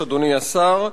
אדוני היושב-ראש, אדוני השר,